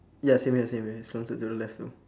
ya same here same here it's slanted to the left also